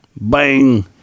Bang